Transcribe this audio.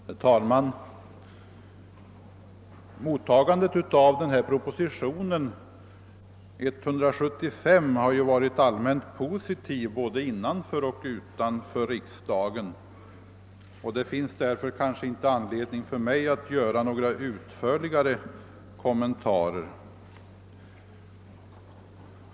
Herr talman! Mottagandet av propositionen nr 175 har ju varit allmänt positivt både inom och utom riksdagen, och därför finns det kanske inte någon anledning till utförligare kommentarer.